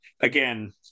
Again